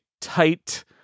tight